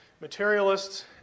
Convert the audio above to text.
materialists